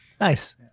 nice